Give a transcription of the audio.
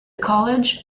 college